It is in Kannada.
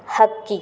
ಹಕ್ಕಿ